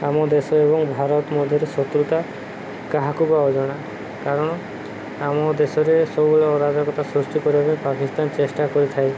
ଆମ ଦେଶ ଏବଂ ଭାରତ ମଧ୍ୟରେ ଶତ୍ରୁତା କାହାକୁ ବା ଅଜଣା କାରଣ ଆମ ଦେଶରେ ସବୁବେଳେ ଅରାଜକତା ସୃଷ୍ଟି କରିବା ପାକିସ୍ତାନ ଚେଷ୍ଟା କରିଥାଏ